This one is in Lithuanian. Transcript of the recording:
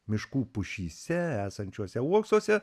miškų pušyse esančiuose uoksuose